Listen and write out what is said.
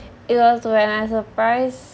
it was when I surprised